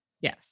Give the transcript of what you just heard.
yes